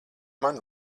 mani